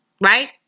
right